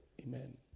Amen